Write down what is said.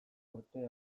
urte